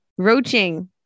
Roaching